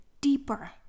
deeper